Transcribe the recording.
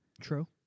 true